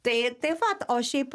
tai taip va o šiaip